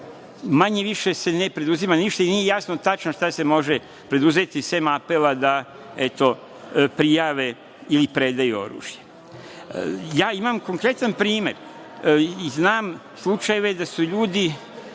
manje-više se ne preduzima ništa i nije jasno tačno šta se može preduzeti, sem apela da prijave ili predaju oružje. Imam konkretan primer i znam slučajeve da su ljudi